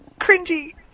cringy